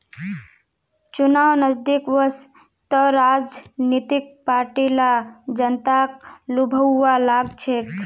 चुनाव नजदीक वस त राजनीतिक पार्टि ला जनताक लुभव्वा लाग छेक